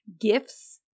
gifts